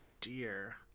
dear